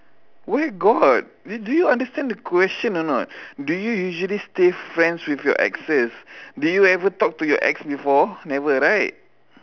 where got do you do you understand the question or not do you usually stay friends with your exes do you ever talk to your ex before never right